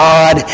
God